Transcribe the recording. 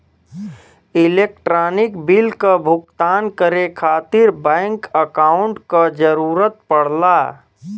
electronic bill क भुगतान करे खातिर बैंक अकांउट क जरूरत पड़ला